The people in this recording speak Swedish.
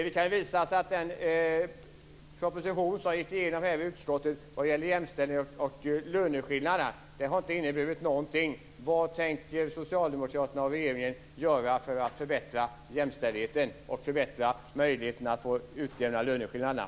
Det har visat sig att den proposition om jämställdhet och löneskillnader som gick igenom i utskottet inte har inneburit någonting. Vad tänker socialdemokraterna och regeringen göra för att förbättra jämställdheten och förbättra möjligheten att utjämna löneskillnaderna?